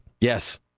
Yes